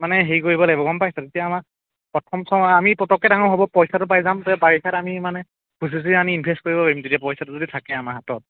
মানে হেৰি কৰিব লাগিব গম পাইছা তেতিয়া আমাৰ প্ৰথমচোৱা আমি পটককৈ ডাঙৰ হ'ব পইচাটো পাই যাম তেতিয়া বাৰিষাত আমি মানে ভুচি চুচি আনি ইনভেষ্ট কৰিব পাৰিম তেতিয়া তেতিয়া পইচাটো যদি থাকে আমাৰ হাতত